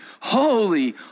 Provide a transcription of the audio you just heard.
holy